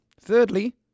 Thirdly